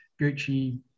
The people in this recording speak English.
gucci